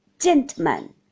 Gentlemen